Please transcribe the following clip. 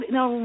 no